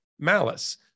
malice